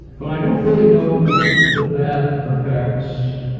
but i don't really know that that affects